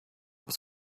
was